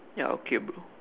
ya okay bro